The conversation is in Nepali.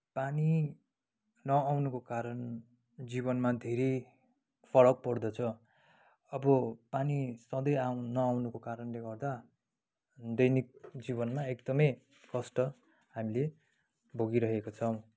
पानी नआउनुको कारण जीवनमा धेरै फरक पर्दछ अब पानी सधैँ नआउनुको कारणले गर्दा दैनिक जीवनमा एकदमै कष्ट हामीले भोगी रहेका छौँ